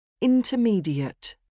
Intermediate